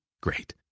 Great